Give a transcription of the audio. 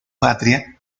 patria